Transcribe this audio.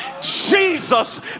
Jesus